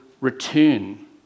return